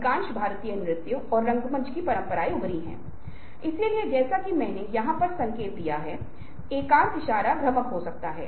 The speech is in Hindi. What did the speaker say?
क्योंकि यह वह नहीं है कैद होने के बाद 10 दिन या 10 साल बाद 10 महीने बाद बाहर आना वास्तव में कोई फर्क नहीं पड़ता है